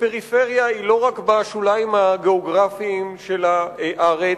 פריפריה היא לא רק בשוליים הגיאוגרפיים של הארץ.